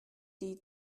die